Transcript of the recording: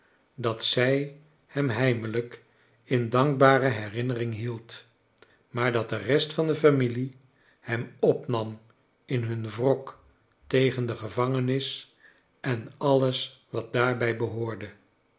dat zrj hem heimelijk in dankbare herinnering hield maar dat de rest van de familie hem opnam in hun wrok tegen de gevangenis en alles wat daarbij behoorde